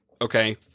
Okay